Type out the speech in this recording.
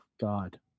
God